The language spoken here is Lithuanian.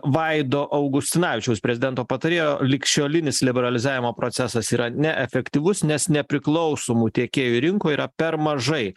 vaido augustinavičiaus prezidento patarėjo ligšiolinis liberalizavimo procesas yra neefektyvus nes nepriklausomų tiekėjų rinkoj yra per mažai